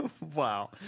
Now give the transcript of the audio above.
wow